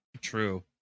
True